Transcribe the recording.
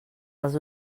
els